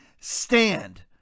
stand